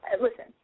Listen